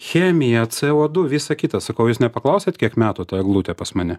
chemija co du visą kitą sakau jūs nepaklausėt kiek metų ta eglutė pas mane